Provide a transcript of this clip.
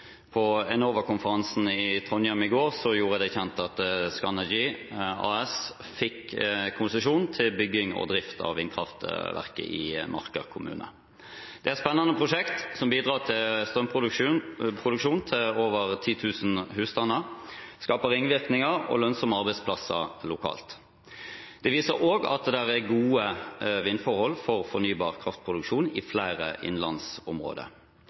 På Enova-konferansen i Trondheim i går gjorde jeg det kjent at Scanergy AS fikk konsesjon til bygging og drift av vindkraftverket i Marker kommune. Det er et spennende prosjekt som bidrar til strømproduksjon til over 10 000 husstander, og skaper ringvirkninger og lønnsomme arbeidsplasser lokalt. Det viser også at det er gode vindforhold for fornybar kraftproduksjon i flere innlandsområder.